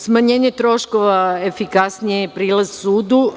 Smanjenje troškova, efikasniji prilaz sudu.